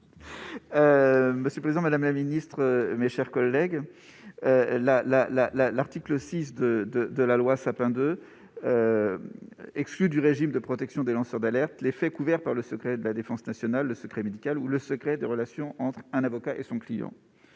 pour présenter l'amendement n° 3. L'article 6 de la loi Sapin II, exclut du régime de protection des lanceurs d'alerte les faits « couverts par le secret de la défense nationale, le secret médical ou le secret des relations entre un avocat et son client